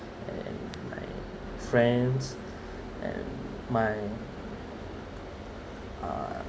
and my friends and my uh